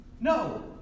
No